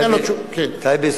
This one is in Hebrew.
טייבה,